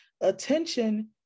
attention